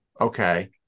Okay